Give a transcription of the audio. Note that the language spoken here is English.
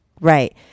Right